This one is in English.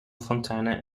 fontana